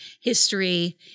history